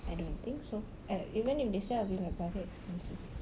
I don't think so uh even if they sell it'll be like bloody expensive